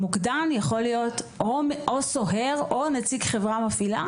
המוקדן יכול להיות או סוהר או נציג חברה מפעילה?